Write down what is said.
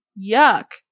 Yuck